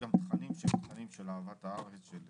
תכנים שהם תכנים של אהבת הארץ, של